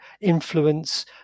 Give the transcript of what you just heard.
influence